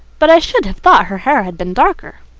but i should have thought her hair had been darker.